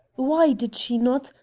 why did she not,